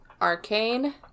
Arcane